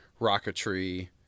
rocketry